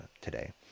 today